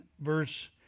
verse